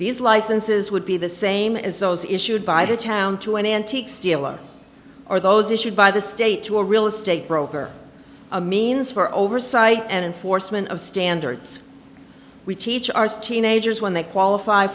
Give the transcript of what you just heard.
these licenses would be the same as those issued by the town to an antiques dealer or those issued by the state to a real estate broker a means for oversight and enforcement of standards we teach our steen ages when they qualify